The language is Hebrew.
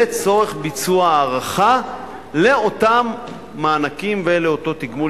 לצורך ביצוע הערכה לאותם מענקים ולאותו תגמול